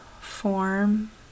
form